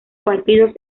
partidos